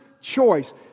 choice